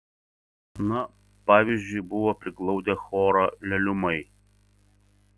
na pavyzdžiui buvo priglaudę chorą leliumai